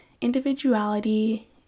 Individuality